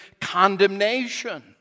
condemnation